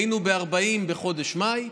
היינו ב-40 בחודש מאי,